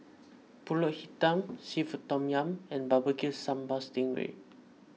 Pulut Hitam Seafood Tom Yum and B B Q Sambal Sting Ray